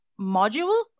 module